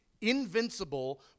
invincible